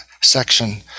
section